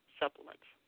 supplements